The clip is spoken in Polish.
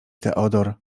theodor